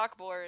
chalkboard